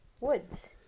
woods